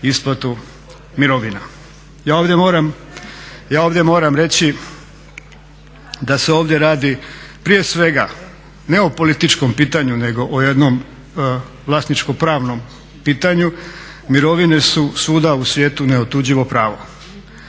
isplatu mirovina. Ja ovdje moram reći da se ovdje radi prije svega ne o političkom pitanju nego o jednom vlasničko pravnom pitanju. Mirovine su svuda u svijetu neotuđivo pravo.